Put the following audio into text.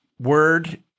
word